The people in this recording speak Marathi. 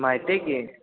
माहिती आहे की